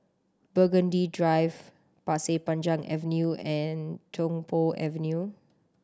Burgundy Drive Pasir Panjang Avenue and Tung Po Avenue